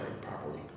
properly